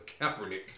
Kaepernick